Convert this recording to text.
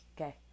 Okay